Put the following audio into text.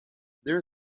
there